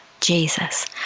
Jesus